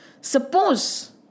Suppose